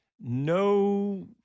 no